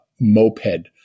moped